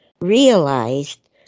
realized